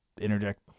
interject